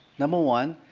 number one,